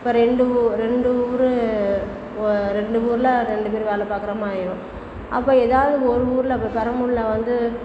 அப்புறம் ரெண்டு ஊ ரெண்டு ஊர் ஓ ரெண்டு ஊரில் ரெண்டு பேர் வேலை பார்க்கற மாதிரி ஆகிரும் அப்புறம் ஏதாவது ஒரு ஊரில் இப்போ பெரம்பலூரில் வந்து